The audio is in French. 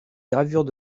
gravures